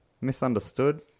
Misunderstood